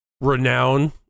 renown